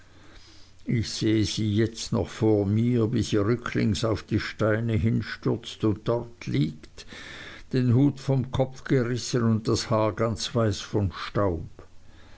ich sehe sie jetzt noch vor mir wie sie rücklings auf die steine hinstürzt und dort liegt den hut vom kopf gerissen und das haar ganz weiß vom staub